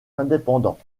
indépendants